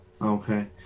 Okay